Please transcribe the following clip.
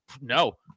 no